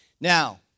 Now